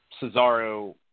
Cesaro